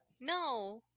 No